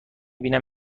بینن